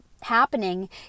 happening